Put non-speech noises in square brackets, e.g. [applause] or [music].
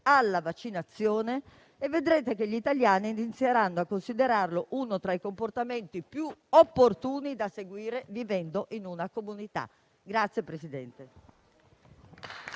alla vaccinazione e vedrete che gli italiani inizieranno a considerarlo uno tra i comportamenti più opportuni da seguire, vivendo in una comunità. [applause]